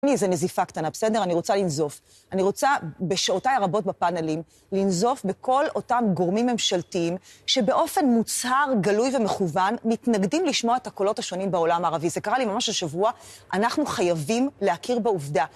תן לי איזה נזיפה קטנה, בסדר? אני רוצה לנזוף. אני רוצה בשעותיי הרבות בפאנלים, לנזוף בכל אותם גורמים ממשלתיים, שבאופן מוצהר, גלוי ומכוון, מתנגדים לשמוע את הקולות השונים בעולם הערבי. זה קרה לי ממש בשבוע, אנחנו חייבים להכיר בעובדה.